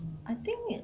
I think it